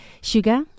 sugar